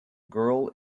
girl